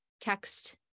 text